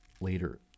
later